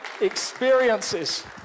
experiences